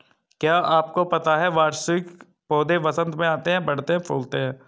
क्या आपको पता है वार्षिक पौधे वसंत में आते हैं, बढ़ते हैं, फूलते हैं?